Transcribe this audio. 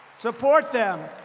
support them.